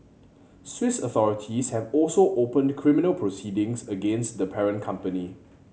Swiss authorities have also opened criminal proceedings against the parent company